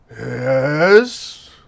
Yes